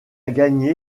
gagné